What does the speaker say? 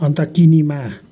अन्त किनामा